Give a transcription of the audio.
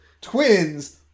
twins